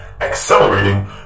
accelerating